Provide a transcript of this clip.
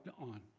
on